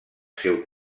seu